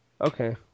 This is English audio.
Okay